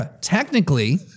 Technically